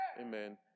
Amen